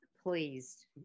pleased